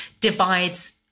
divides